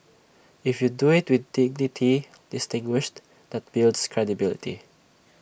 if you do IT with dignity distinguished that builds credibility